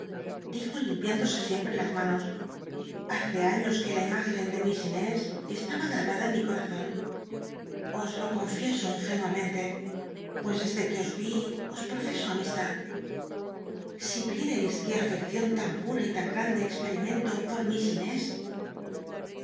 dijo limpi índose siempre las manos hace años que la imág en de miss lnés esl grabada en mi conzon os lo confieso ingénuamente pues desde que os í l'oreso amistad si vierais qué arcccion tan os plh'a y tan gande experimento por miss inés